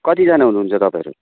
कतिजना हुनुहुन्छ तपाईँहरू